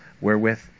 wherewith